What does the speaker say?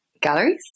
galleries